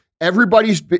everybody's